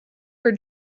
her